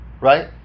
Right